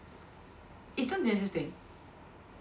is Zhen Jie still staying